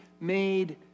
made